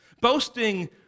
Boasting